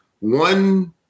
one